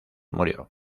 murió